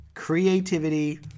Creativity